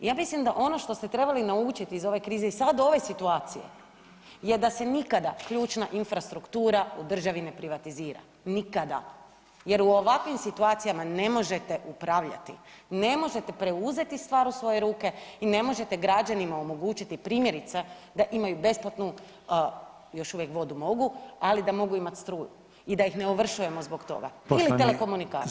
Ja mislim da ono što ste trebali naučiti iz ove krize i sada ove situacije je da se nikada ključna infrastruktura u državi ne privatizira, nikada jer u ovakvim situacijama ne možete upravljati, ne možete preuzeti stvar u svoje ruke i ne možete građanima omogućiti primjerice da imaju besplatnu još uvijek vodu mogu, ali da mogu imati struju i da ih ne ovršujemo zbog toga ili telekomunikacije.